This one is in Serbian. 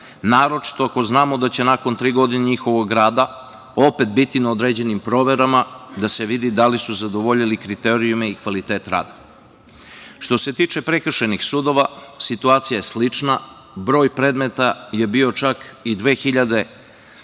naročito ako znamo da će nakon tri godine njihovog rada opet biti na određenim proverama da se vidi da li su zadovoljili kriterijume i kvalitete rada. Što se tiče prekršajnih sudova situacija je slična. Broj predmeta je bio čak i dve